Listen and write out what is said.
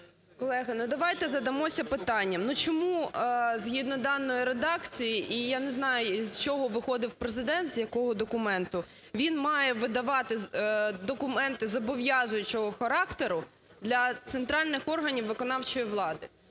Колеги, ну давайте задамося питанням. Ну, чому, згідно даної редакції, і я не знаю із чого виходив Президента, з якого документу, він має видавати документи зобов'язуючого характеру для центральних органів виконавчої влади?